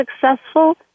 successful